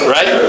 Right